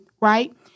right